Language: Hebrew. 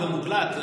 וזה מוקלט.